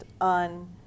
on